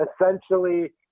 essentially